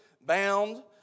bound